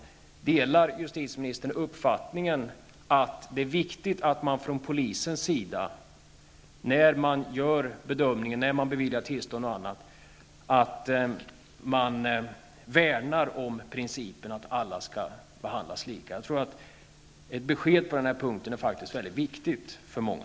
Delar justitieministern uppfattningen att det är viktigt att man från polisens sida, när man beviljar tillstånd, värnar om principen att alla skall behandlas lika? Ett besked på denna punkt är viktigt för många.